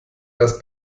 das